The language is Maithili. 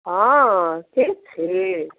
हँ के छी